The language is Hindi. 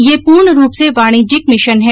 यह पूर्ण रूप से वाणिज्यिक मिशन हैं